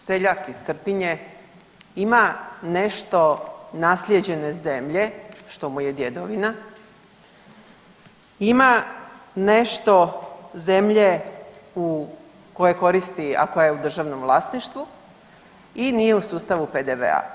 Seljak iz Trpinje ima nešto naslijeđene zemlje što mu je djedovina, ima nešto zemlje u koje koristi, a koja je u državnom vlasništvu i nije u sustavu PDV-a.